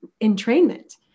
entrainment